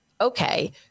okay